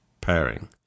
pairing